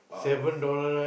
about